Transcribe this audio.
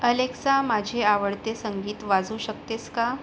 Alexa माझे आवडते संगीत वाजू शकतेस का